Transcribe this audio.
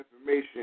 information